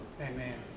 Amen